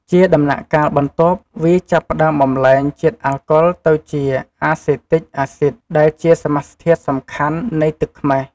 ជាដំណាក់កាលបន្ទាប់វាចាប់ផ្តើមបំប្លែងជាតិអាល់កុលទៅជា អាសេទិក អាស៊ីត ដែលជាសមាសធាតុសំខាន់នៃទឹកខ្មេះ។